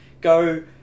go